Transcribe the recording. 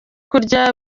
kurya